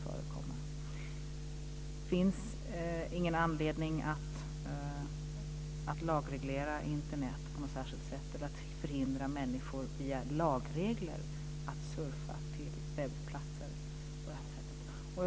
Det finns ingen anledning att lagreglera Internet på något särskilt sätt eller att via lagregler förhindra människor att surfa till webbplatser.